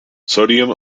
sodium